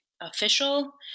official